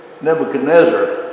Nebuchadnezzar